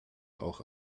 auch